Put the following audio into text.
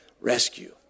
rescue